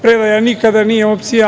Predaja nikada nije opcija.